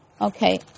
Okay